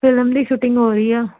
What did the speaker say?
film ਦੀ shooting ਹੋ ਰਹੀ ਆ